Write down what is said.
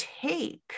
take